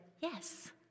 yes